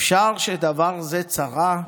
אפשר שדבר זה צרה.